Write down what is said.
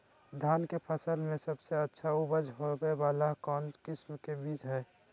धान के फसल में सबसे अच्छा उपज होबे वाला कौन किस्म के बीज हय?